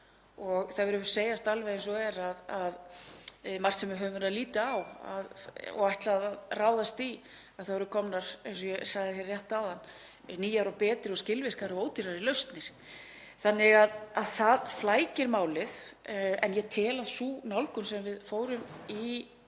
Það verður að segjast alveg eins og er að í mörgu sem við höfum verið að líta á og ætlað að ráðast í eru komnar, eins og ég sagði rétt áðan, nýjar og betri, skilvirkari og ódýrari lausnir þannig að það flækir málið. En ég tel að nálgun okkar á